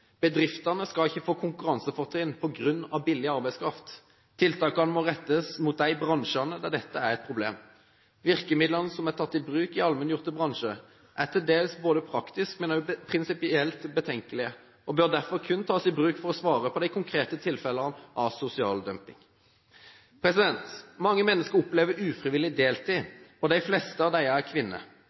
Bedriftene skal ikke få konkurransefortrinn på grunn av billig arbeidskraft. Tiltakene må rettes mot de bransjene der dette er et problem. Virkemidlene som er tatt i bruk i allmenngjorte bransjer, er til dels både praktiske og prinsipielt betenkelige og bør derfor kun tas i bruk for å svare på de konkrete tilfellene av sosial dumping. Mange mennesker opplever ufrivillig deltid, og de fleste av disse er